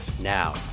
Now